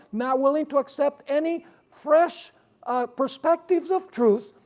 not willing to accept any fresh perspectives of truth.